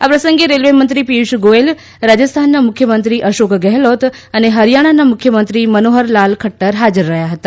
આ પ્રસંગે રેલ્વે મંત્રી પિયુષ ગોયલ રાજસ્થાનના મુખ્યમંત્રી અશોક ગહેલોત અને હરિયાણાના મુખ્યમંત્રી મનોહરલાલ ખદર હાજર રહ્યા હતા